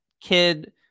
kid